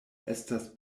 estas